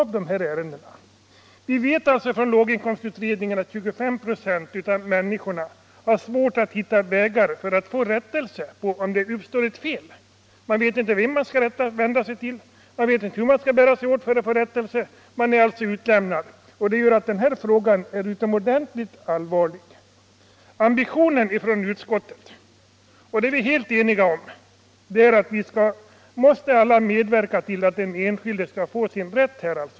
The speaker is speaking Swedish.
Vi vet från låginkomstutredningen att 25 96 av människorna i vårt land har svårt att hitta vägar för att få rättelse om fel har uppstått. Man vet inte vem man skall vända sig till. Man vet inte hur man skall bära sig åt för att få rättelse. Man är alltså utlämnad. Det gör att denna fråga är utomordentligt allvarlig. Ambitionen från utskottets sida — det är vi helt eniga om — är att vi måste alla medverka till att den enskilde skall få sin rätt.